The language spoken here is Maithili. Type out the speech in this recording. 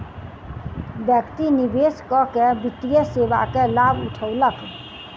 व्यक्ति निवेश कअ के वित्तीय सेवा के लाभ उठौलक